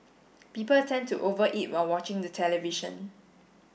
people tend to over eat while watching the television